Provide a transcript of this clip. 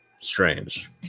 strange